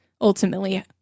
ultimately